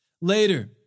Later